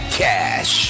cash